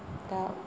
दा